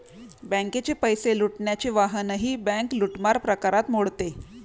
बँकेचे पैसे लुटण्याचे वाहनही बँक लूटमार प्रकारात मोडते